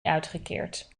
uitgekeerd